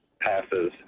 passes